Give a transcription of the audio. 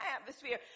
atmosphere